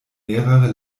mehrere